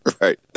Right